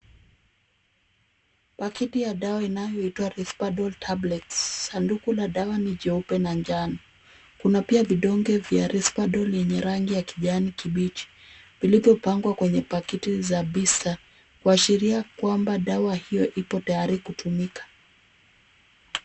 Pakiti ya dawa inayoitwa Risperdal tablets . Sanduku la dawa ni jeupe na njano. Kuna pia vidonge vya Risperdal vyenye rangi ya kijani kibichi, vilivyopangwa kwenye pakiti za Bisa, kuashiria kwamba dawa hiyo ipo tayari kutumika.